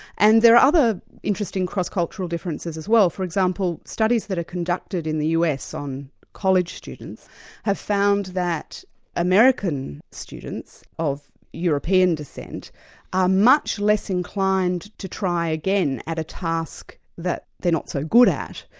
and there are other interesting cross-cultural differences as well. for example, studies that are conducted in the us on college students have found that american students of european descent are much less inclined to try again at a task that they're not so good at,